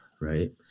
right